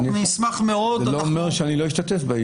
זה לא אומר שאני לא אשתתף בישיבות.